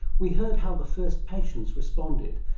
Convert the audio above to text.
we heard how the first patients responded,